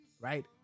right